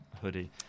hoodie